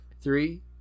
Three